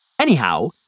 Anyhow